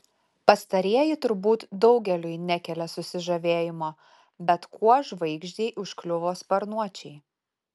pastarieji turbūt daugeliui nekelia susižavėjimo bet kuo žvaigždei užkliuvo sparnuočiai